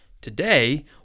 Today